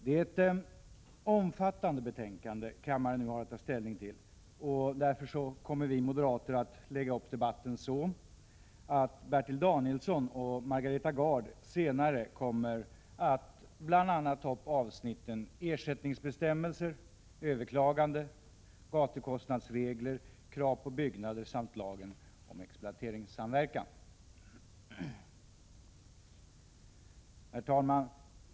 Det är ett omfattande betänkande kammaren nu har att ta ställning till, och därför kommer vi moderater att lägga upp debatten så, att Bertil Danielsson och Margareta Gard senare kommer att ta upp bl.a. avsnitten ersättningsbestämmelser, överklagande, gatukostnadsregler, krav på byggnader samt lagen om exploateringssamverkan. Herr talman!